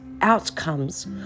outcomes